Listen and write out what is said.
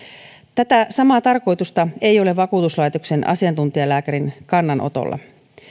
tätä samaa tarkoitusta ei ole vakuutuslaitoksen asiantuntijalääkärin kannanotolla